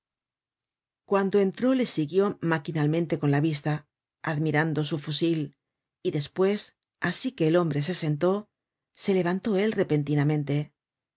cuando entró le siguió maquinalmente con la vista admirando su fusil y despues asi que el hombre se sentó se levantó él repentinamente